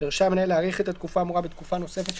וזה צריך להיעשות בסוג